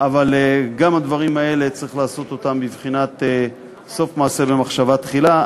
אבל גם את הדברים האלה צריך לעשות בבחינת סוף מעשה במחשבה תחילה.